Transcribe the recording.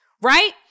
right